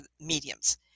mediums